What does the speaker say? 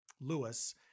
Lewis